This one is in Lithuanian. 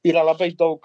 yra labai daug